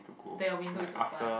there're window is open